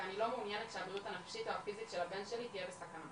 או הילדים שלנו יצטרכו